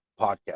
podcast